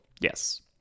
Yes